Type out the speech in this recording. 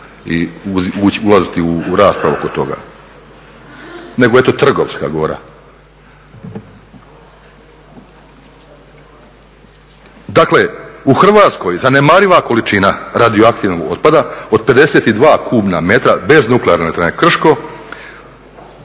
i ulaziti u raspravu oko toga, nego eto Trgovska gora. Dakle, u Hrvatskoj zanemariva količina radioaktivnog otpada od 52 kubna metra bez Nuklearne elektrane Krško.